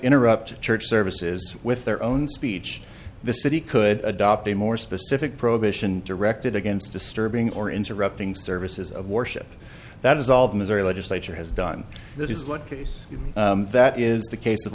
interrupt church services with their own speech the city could adopt a more specific prohibition directed against disturbing or interrupting services of worship that dissolve missouri legislature has done that is what case that is the case of